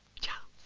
ciao.